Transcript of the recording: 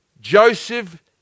Joseph